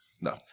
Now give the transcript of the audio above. no